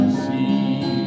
see